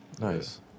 Nice